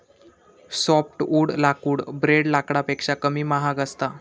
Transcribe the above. softwood लाकूड ब्रेड लाकडापेक्षा कमी महाग असता